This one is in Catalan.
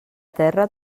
terra